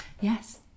Yes